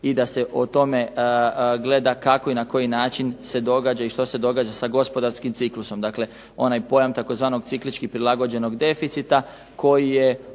i da se o tome gleda kako i na koji način se događa i što se događa sa gospodarskim ciklusom. Dakle onaj pojam tzv. ciklički prilagođenog deficita koji je